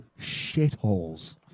shitholes